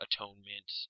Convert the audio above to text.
Atonement